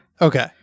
Okay